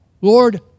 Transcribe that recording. Lord